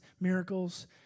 miracles